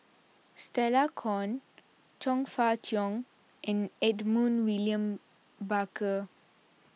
Stella Kon Chong Fah Cheong and Edmund William Barker